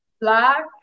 Black